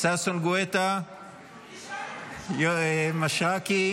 ששון גואטה; מישרקי,